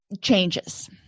changes